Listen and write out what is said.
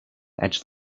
edge